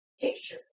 picture